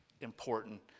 important